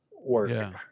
work